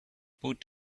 put